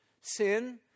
Sin